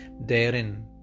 therein